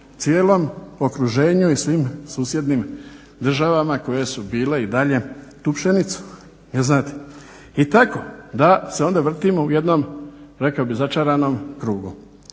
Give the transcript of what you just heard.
cijelom okruženju i svim susjednim državama koje su bile i dalje, tu pšenicu, jer znate. I tako da se onda vrtimo u jednom rekao bih začaranom krugu.